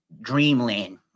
dreamland